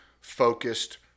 focused